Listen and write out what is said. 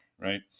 right